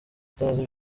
atazi